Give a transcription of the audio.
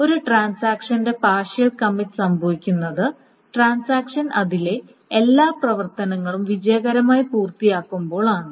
ഒരു ട്രാൻസാക്ഷന്റെ partial commit സംഭവിക്കുന്നത് ട്രാൻസാക്ഷൻ അതിലെ എല്ലാ പ്രവർത്തനങ്ങളും വിജയകരമായി പൂർത്തിയാക്കുമ്പോൾ ആണ്